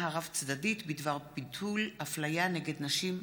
הרב-צדדית בדבר ביטול אפליה נגד נשים לצורותיה.